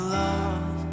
love